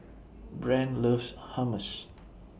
Brent loves Hummus